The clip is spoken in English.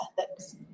ethics